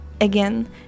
Again